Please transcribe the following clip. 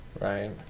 Right